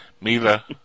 Mila